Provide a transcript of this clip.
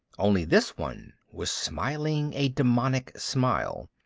only this one was smiling a demonic smile.